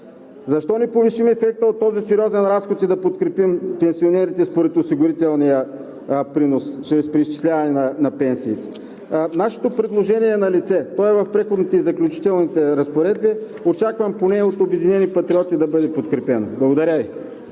Защо не повишим ефекта от този сериозен разход и да подкрепим пенсионерите според осигурителния принос чрез преизчисляване на пенсиите? Нашето предложение е налице, то е в Преходните и заключителните разпоредби. Очаквам поне от „Обединени патриоти“ да бъде подкрепено. Благодаря Ви.